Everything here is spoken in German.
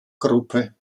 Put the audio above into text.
gruppe